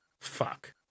fuck